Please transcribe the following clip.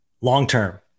long-term